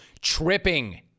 tripping